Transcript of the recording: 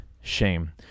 shame